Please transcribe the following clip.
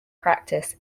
practice